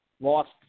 Lost